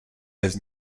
bez